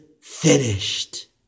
finished